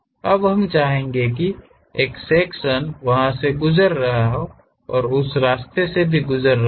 अब हम चाहेंगे कि एक सेक्शन वहां से गुजर रहा हो और उस रास्ते से भी गुजर रहा हो